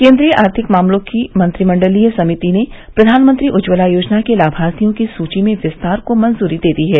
केन्द्रीय आर्थिक मामलों की मंत्रिमण्डलीय समिति ने प्रधानमंत्री उज्ज्वला योजना के लामार्थियों की सूची में विस्तार को मंजूरी दे दी है